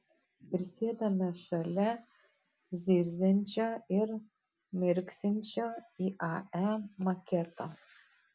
prisėdame šalia zirziančio ir mirksinčio iae maketo